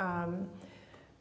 forth